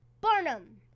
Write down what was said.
Barnum